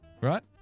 right